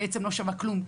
בעצם לא שווה כלום.